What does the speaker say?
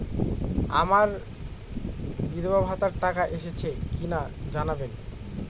আমার বিধবাভাতার টাকা এসেছে কিনা জানাবেন?